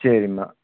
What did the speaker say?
சரிம்மா